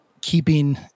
keeping